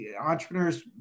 entrepreneurs